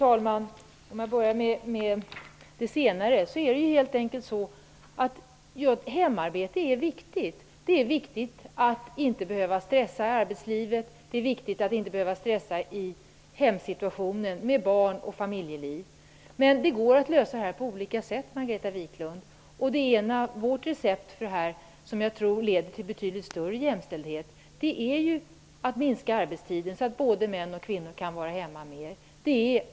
Herr talman! Hemarbete är viktigt. Det är viktigt att man inte behöver stressa i arbetslivet. Det är viktigt att man inte behöver stressa i hemsituationen med barn och familjeliv. Det går att lösa problemet på olika sätt, Margareta Viklund. Jag tror att vårt recept skulle leda till betydligt större jämställdhet. Vi vill minska arbetstiden så att både män och kvinnor kan vara hemma mer.